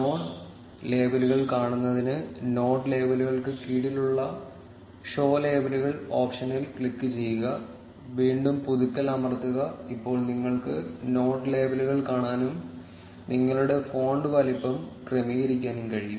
node ലേബലുകൾ കാണുന്നതിന് node ലേബലുകൾക്ക് കീഴിലുള്ള ഷോ ലേബലുകൾ ഓപ്ഷനിൽ ക്ലിക്കുചെയ്യുക വീണ്ടും പുതുക്കൽ അമർത്തുക ഇപ്പോൾ നിങ്ങൾക്ക് നോഡ് ലേബലുകൾ കാണാനും നിങ്ങളുടെ ഫോണ്ട് വലുപ്പം ക്രമീകരിക്കാനും കഴിയും